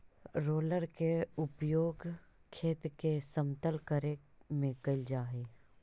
roller के उपयोग खेत के समतल करे में कैल जा हई